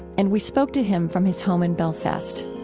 and we spoke to him from his home in belfast